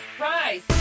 Rise